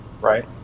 right